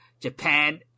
Japan